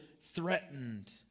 threatened